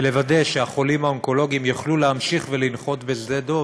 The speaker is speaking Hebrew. ולוודא שהחולים האונקולוגיים יוכלו להמשיך ולנחות בשדה דב,